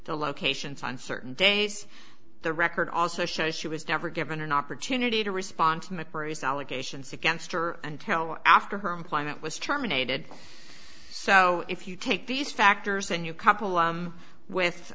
the locations on certain days the record also shows she was never given an opportunity to respond to macquarie's allegations against her until after her employment was terminated so if you take these factors and you couple with